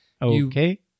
Okay